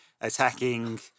attacking